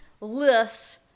lists